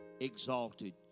exalted